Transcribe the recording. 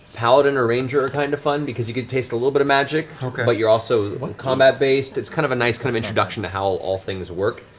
paladin or ranger are kind of fun because you can taste a little bit of magic but you're also combat-based. it's kind of a nice kind of introduction to how all things work,